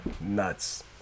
nuts